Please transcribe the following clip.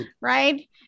right